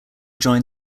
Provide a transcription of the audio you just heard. joined